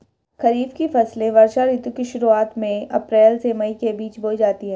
खरीफ की फसलें वर्षा ऋतु की शुरुआत में अप्रैल से मई के बीच बोई जाती हैं